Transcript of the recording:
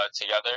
together